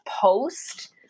post